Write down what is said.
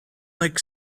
like